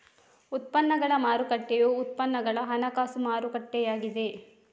ಉತ್ಪನ್ನಗಳ ಮಾರುಕಟ್ಟೆಯು ಉತ್ಪನ್ನಗಳ ಹಣಕಾಸು ಮಾರುಕಟ್ಟೆಯಾಗಿದೆ